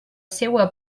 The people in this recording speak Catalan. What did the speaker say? seua